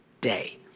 day